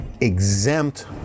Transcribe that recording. exempt